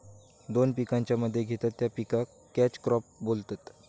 दोन पिकांच्या मध्ये घेतत त्या पिकाक कॅच क्रॉप बोलतत